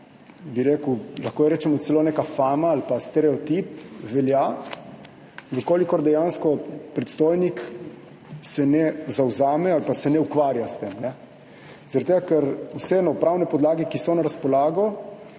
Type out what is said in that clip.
Zdaj ta, lahko rečemo celo neka fama ali pa stereotip velja, v kolikor se dejansko predstojnik ne zavzame ali pa se ne ukvarja s tem, zaradi tega, ker vseeno pravne podlage, ki so na razpolago,